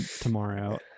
tomorrow